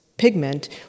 pigment